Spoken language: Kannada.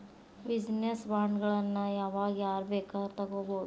ಬಿಜಿನೆಸ್ ಬಾಂಡ್ಗಳನ್ನ ಯಾವಾಗ್ ಯಾರ್ ಬೇಕಾದ್ರು ತಗೊಬೊದು?